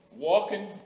Walking